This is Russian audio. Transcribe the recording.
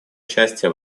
участие